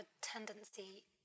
tendency